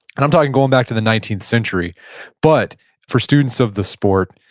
i'm talking going back to the nineteenth century but for students of the sport,